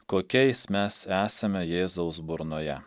kokiais mes esame jėzaus burnoje